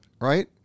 right